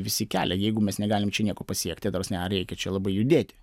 visi kelia jeigu mes negalim čia nieko pasiekti ta prasme ar reikia čia labai judėti